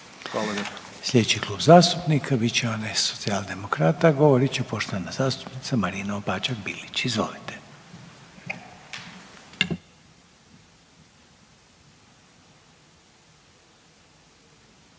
u ime Kluba zastupnika Socijaldemokrata govoriti poštovana zastupnica Marina Opačak Bilić. Izvolite.